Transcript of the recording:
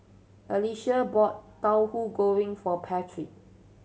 Alicia bought Tahu Goreng for Patrick